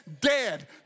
dead